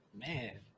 Man